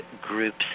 groups